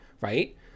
right